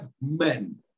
men